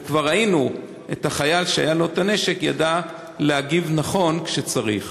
וכבר ראינו את החייל שהיה לו נשק וידע להגיב נכון כשצריך.